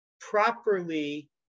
properly